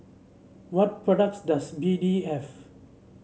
what products does B D have